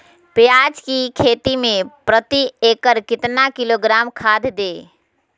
प्याज की खेती में प्रति एकड़ कितना किलोग्राम खाद दे?